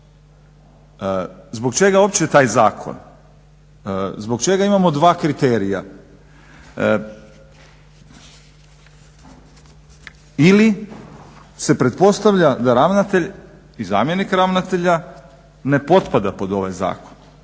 Zbog čega uopće taj zakon? zbog čega imamo dva kriterija ili se pretpostavlja da ravnatelj i zamjenik ravnatelja ne potpada pod ovaj zakon